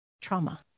trauma